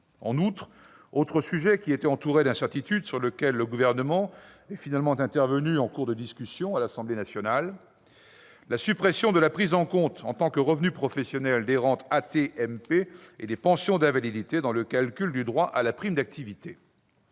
Un autre sujet était entouré d'incertitudes, et le Gouvernement est finalement intervenu en cours de discussion à l'Assemblée nationale : la suppression de la prise en compte, en tant que revenus professionnels, des rentes AT-MP et des pensions d'invalidité dans le calcul du droit à la prime d'activité.